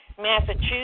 Massachusetts